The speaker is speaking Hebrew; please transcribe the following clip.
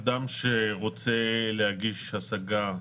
אדם שרוצה להגיש השגה,